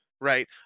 right